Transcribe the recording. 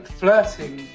flirting